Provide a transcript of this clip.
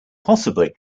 possibly